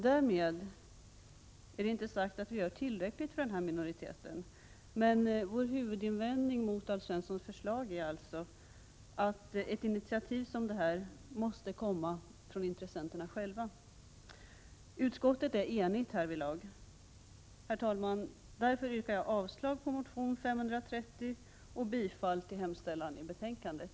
Därmed är det inte sagt att vi gör tillräckligt för denna minoritet, men vår huvudinvändning mot Alf Svenssons förslag är att ett initiativ som detta måste komma från intressenterna själva. Utskottet är enigt härvidlag. Herr talman! Jag yrkar avslag på motion US530 och bifall till hemställan i betänkandet.